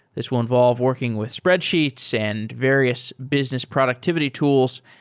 this will involve working with spreadsheets and various business productivity tools.